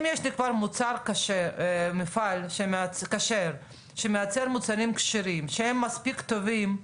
אם יש לי כבר מפעל כשר שמייצר מוצרים כשרים שהם מספיק טובים לארה"ב,